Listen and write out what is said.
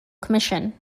commission